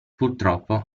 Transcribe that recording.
purtroppo